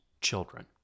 children